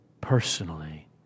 personally